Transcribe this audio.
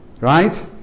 right